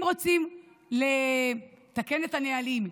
אם רוצים לתקן את הנהלים,